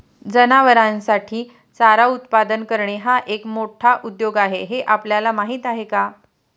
जनावरांसाठी चारा उत्पादन करणे हा एक मोठा उद्योग आहे हे आपल्याला माहीत आहे का?